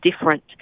different